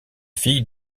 fille